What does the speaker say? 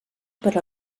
per